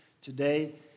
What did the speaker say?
today